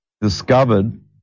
discovered